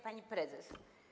Pani Prezes!